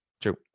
True